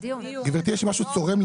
גברתי יש לי משהו צורם,